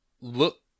look